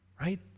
right